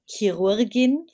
chirurgin